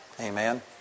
Amen